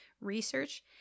research